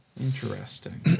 Interesting